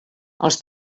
els